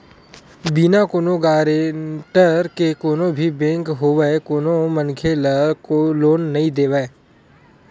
बिना कोनो गारेंटर के कोनो भी बेंक होवय कोनो मनखे ल लोन नइ देवय